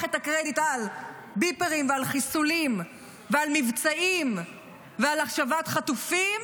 את הקרדיט על ביפרים ועל חיסולים ועל מבצעים ועל השבת חטופים,